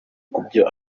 kubyo